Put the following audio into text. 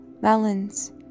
melons